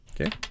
Okay